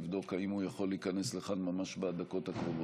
אני מציע לבדוק אם הוא יכול להיכנס לכאן ממש בדקות הקרובות,